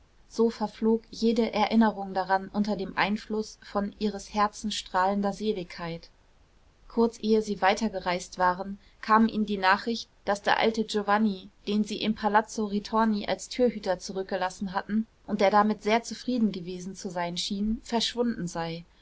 so verflog jede erinnerung daran unter dem einfluß von ihres herzens strahlender seligkeit kurz ehe sie weitergereist waren kam ihnen die nachricht daß der alte giovanni den sie im palazzo ritorni als türhüter zurückgelassen hatten und der damit sehr zufrieden gewesen zu sein schien verschwunden sei